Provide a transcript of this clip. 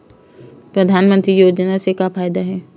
परधानमंतरी योजना से का फ़ायदा हे?